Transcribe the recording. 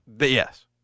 Yes